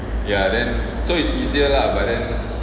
ya then so is easier lah but then